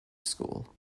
school